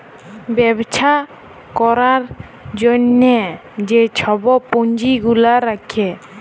ব্যবছা ক্যরার জ্যনহে যে ছব পুঁজি গুলা রাখে